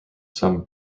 some